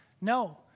No